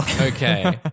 Okay